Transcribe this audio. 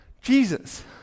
Jesus